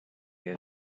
have